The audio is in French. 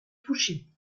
fouché